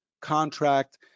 contract